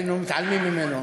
היינו מתעלמים ממנו,